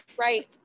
Right